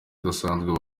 udasanzwe